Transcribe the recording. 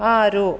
ಆರು